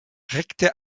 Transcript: rekte